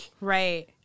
Right